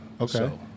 Okay